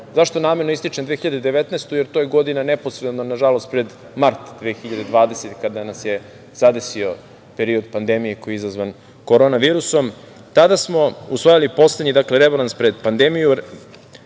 Zašto namerno ističem 2019. godinu? Jer to je godina neposredno, nažalost, pred mart 2020. godine, kada nas je zadesio period pandemije koji je izazvan korona virusom. Tada smo usvajali poslednji rebalans pred pandemiju